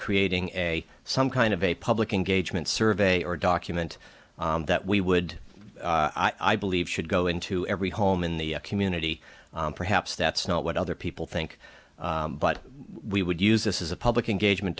creating a some kind of a public engagement survey or document that we would i believe should go into every home in the community perhaps that's not what other people think but we would use this is a public engagement